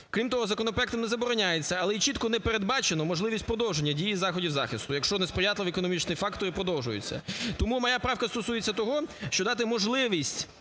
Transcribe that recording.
Крім того, законопроектом не забороняється, але чітко і не передбачено можливість продовження дії заходів захисту, якщо несприятливі економічні фактори продовжуються. Тому моя правка стосується того, що дати можливість